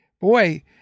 Boy